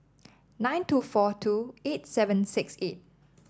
nine two four two eight seven six eight